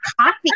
coffee